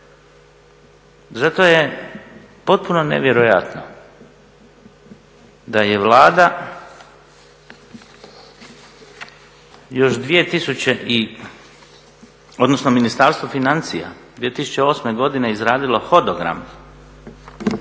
Zato je potpuno nevjerojatno da je Vlada, odnosno Ministarstvo financija 2008. godine izradilo hodogram